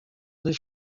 des